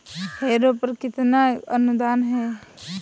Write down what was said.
Harrow पर कितना अनुदान है?